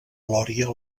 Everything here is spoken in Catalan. lòria